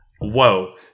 whoa